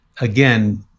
again